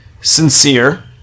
sincere